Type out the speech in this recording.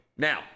Now